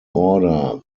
order